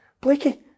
Blakey